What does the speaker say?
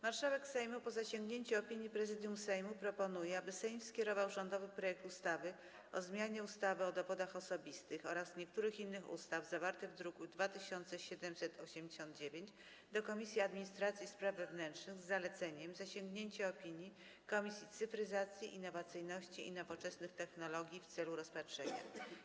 Marszałek Sejmu, po zasięgnięciu opinii Prezydium Sejmu, proponuje, aby Sejm skierował rządowy projekt ustawy o zmianie ustawy o dowodach osobistych oraz niektórych innych ustaw, zawarty w druku nr 2789, do Komisji Administracji i Spraw Wewnętrznych z zaleceniem zasięgnięcia opinii Komisji Cyfryzacji, Innowacyjności i Nowoczesnych Technologii w celu rozpatrzenia.